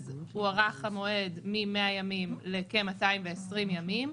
אז הוארך המועד מ-100 ימים לכ-220 ימים.